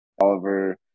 Oliver